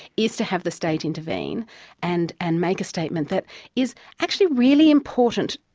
is to have the state intervene and and make a statement that is actually really important,